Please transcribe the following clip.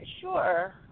sure